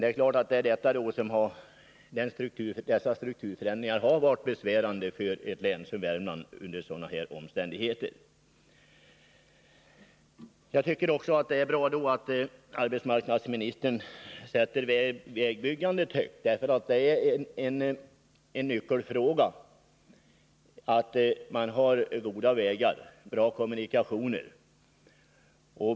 Det är klart att strukturförändringarna under sådana omständigheter har varit besvärande för ett län som Värmland. Jag tycker att det är bra att arbetsmarknadsministern sätter vägbyggandet högt, för det gäller en nyckelfråga — att man har goda vägar, bra kommunikationer.